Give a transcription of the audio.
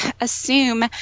assume